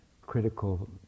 critical